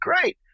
great